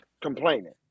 complaining